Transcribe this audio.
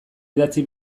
idatzi